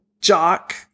jock